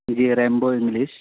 G Rambo English